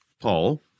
Paul